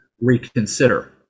reconsider